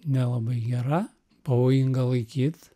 nelabai gera pavojinga laikyt